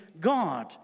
God